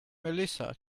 melissa